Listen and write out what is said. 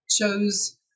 chose